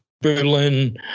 Berlin